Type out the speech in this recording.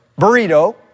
burrito